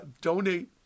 donate